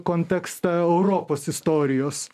kontekstą europos istorijos